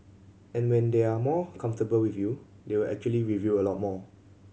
and when they are more comfortable with you they will actually reveal a lot more